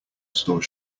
store